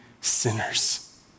sinners